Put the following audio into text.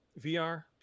VR